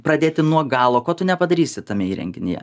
pradėti nuo galo ko tu nepadarysi tame įrenginyje